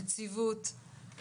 הנציבות,